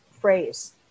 phrase